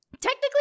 Technically